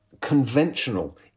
conventional